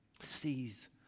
sees